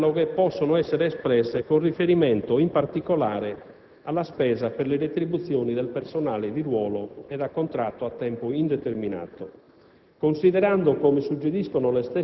Valutazioni analoghe possono essere espresse con riferimento, in particolare, alla spesa per le retribuzioni del personale di ruolo ed a contratto a tempo indeterminato.